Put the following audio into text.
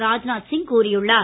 ராஜ்நாத் சிங் கூறியுள்ளார்